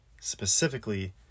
Specifically